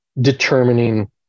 determining